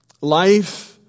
Life